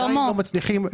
שלמה,